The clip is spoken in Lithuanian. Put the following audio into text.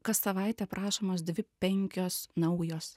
kas savaitę prašomos dvi penkios naujos